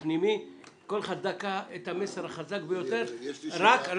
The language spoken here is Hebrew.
כל אחד את המסר החזק ביותר ורקק